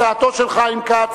הצעתו של חיים כץ,